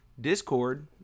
Discord